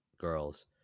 girls